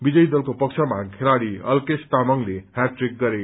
विजयी दलको पक्षमा खेलाड़ी अलकेश तामाङले ह्याटट्रिक गरे